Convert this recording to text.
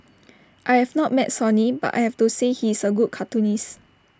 I have not met Sonny but I have to say he is A good cartoonist